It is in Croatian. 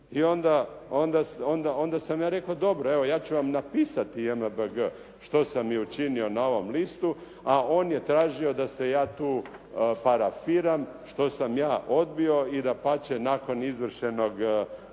i onda sam ja rekao dobro, evo ja ću vam napisati JMBG što sam i učinio na ovom listu, a on je tražio da se ja tu parafiram što sam ja odbio i dapače nakon izvršenog posla